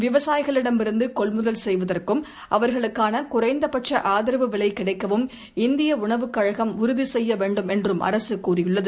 விவசாயிகளிடமிருந்து கொள்முதல் செய்வதற்கும் அவர்களுக்கான குறைந்த பட்ச ஆதரவு விலை கிடைக்கவும் இந்திய உணவுக் கழகம் உறுதி செய்ய வேண்டும் என்றும் அரசு கூறியுள்ளது